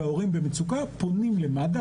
וההורים במצוקה - פונים למד"א.